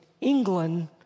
England